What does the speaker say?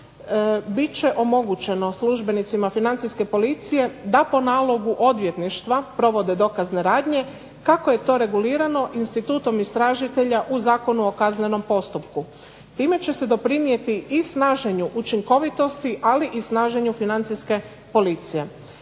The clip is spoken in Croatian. bit će omogućeno službenicima Financijske policije da po nalogu odvjetništva provode dokazne radnje kako je to regulirano institutom istražitelja u Zakonu o kaznenom postupku. Time će se doprinijeti i snaženju učinkovitosti, ali i snaženju Financijske policije.